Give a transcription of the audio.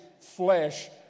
flesh